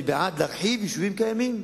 אני בעד להרחיב יישובים קיימים,